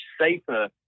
safer